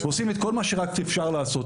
עושים את כל מה שאפשר לעשות.